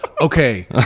Okay